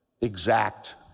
exact